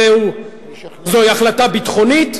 זוהי החלטה ביטחונית,